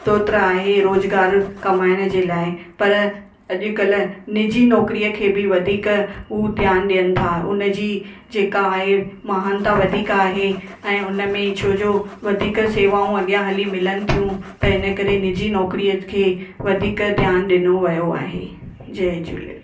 स्रोत आहे रोज़गार कमाइण जे लाइ पर अॼुकल्ह निजी नौकिरीअ खे बि वधीक हूं ध्यानु ॾियनि था उनजी जेका आहे महानता वधीक आहे ऐं उनमें छो जो वधीक सेवाऊं अॻियां हली मिलनि थियूं त हिन करे निजी नौकिरीअ खे वधीक ध्यानु ॾिनो वियो आहे जय झूलेलाल